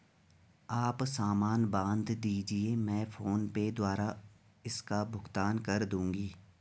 आप सामान बांध दीजिये, मैं फोन पे द्वारा इसका भुगतान कर दूंगी